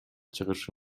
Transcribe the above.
чыгышы